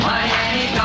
Miami